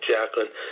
Jacqueline